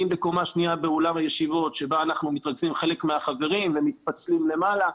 אם בקומה שנייה באולם הישיבות שבו מתרכזים חלק מהחברים ומתפצלים למעלה.